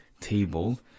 table